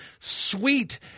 sweet